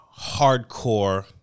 hardcore